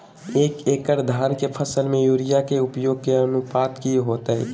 एक एकड़ धान के फसल में यूरिया के उपयोग के अनुपात की होतय?